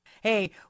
Hey